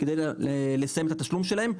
כדי לסיים את התשלום שלהם.